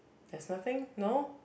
that's nothing no